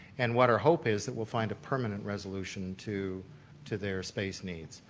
and what our hope is that we'll find a permanent resolution to to their space needs